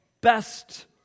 best